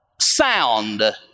sound